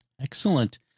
Excellent